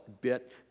bit